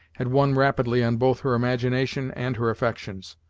had won rapidly on both her imagination and her affections.